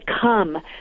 come